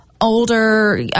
older